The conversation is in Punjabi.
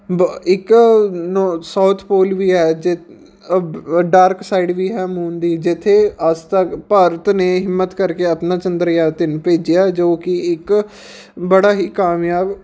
ਬ ਇੱਕ ਨੋ ਸਾਊਥ ਪੋਲ ਵੀ ਹੈ ਜਿ ਡਾਰਕ ਸਾਈਡ ਵੀ ਹੈ ਮੂਨ ਦੀ ਜਿੱਥੇ ਅੱਜ ਤੱਕ ਭਾਰਤ ਨੇ ਹਿੰਮਤ ਕਰਕੇ ਆਪਣਾ ਚੰਦਰਯਾਨ ਤਿੰਨ ਭੇਜਿਆ ਜੋ ਕਿ ਇੱਕ ਬੜਾ ਹੀ ਕਾਮਯਾਬ